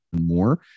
more